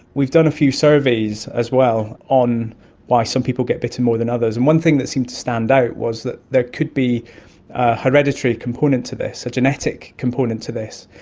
we've done a few surveys as well on why some people get bitten more than others, and one thing that seemed to stand out was there could be a hereditary component to this, a genetic component to this.